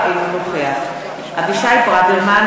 אינו נוכח אבישי ברוורמן,